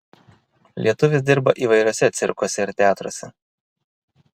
lietuvis dirba įvairiuose cirkuose ir teatruose